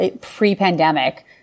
pre-pandemic